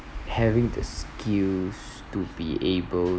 having the skills to be able